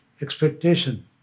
expectation